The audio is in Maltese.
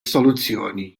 soluzzjoni